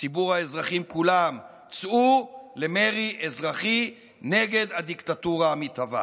לציבור האזרחים כולם: צאו למרי אזרחי נגד הדיקטטורה המתהווה.